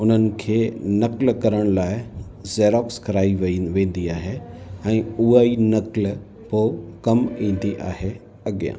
उन्हनि खे नक़्ल करण लाइ ज़ेरॉक्स कराई वई वेंदी आहे ऐं उहा ई नक़्ल पोइ कमु ईंदी आहे अॻियां